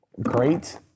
great